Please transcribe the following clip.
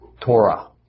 Torah